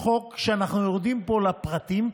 חוק שאנחנו יורדים בו לפרטים,